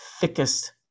thickest